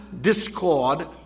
discord